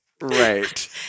Right